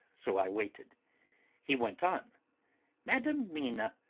so i waited he went on madam mina,